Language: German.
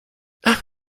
ach